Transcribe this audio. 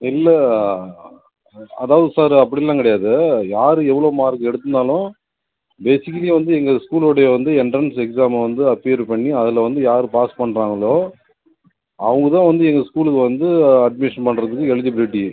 இல்லை அதாவது சார் அப்படிலாம் கிடையாது யாரு எவ்வளோ மார்க் எடுத்துருந்தாலும் பேசிக்கிலி வந்து எங்கள் ஸ்கூலுடைய வந்து எண்ட்ரன்ஸ் எக்ஸாமை வந்து அப்பியர் பண்ணி அதில் வந்து யாரு பாஸ் பண்ணுறாங்களோ அவங்க தான் வந்து எங்கள் ஸ்கூல்லுக்கு வந்து அட்மிஷன் பண்ணுறதுக்கு எலிஜிபிலிட்டி